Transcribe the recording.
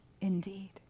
indeed